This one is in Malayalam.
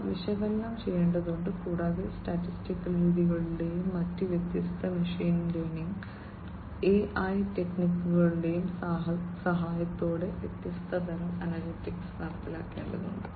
അവ വിശകലനം ചെയ്യേണ്ടതുണ്ട് കൂടാതെ സ്റ്റാറ്റിസ്റ്റിക്കൽ രീതികളുടെയും മറ്റ് വ്യത്യസ്ത മെഷീൻ ലേണിംഗ് AI ടെക്നിക്കുകളുടെയും സഹായത്തോടെ വ്യത്യസ്ത തരം അനലിറ്റിക്സ് നടപ്പിലാക്കേണ്ടതുണ്ട്